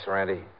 Randy